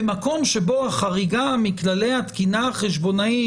במקום שבו החריגה מכללי התקינה החשבונאית